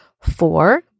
Four